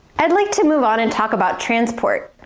i'd like to move on and talk about transport.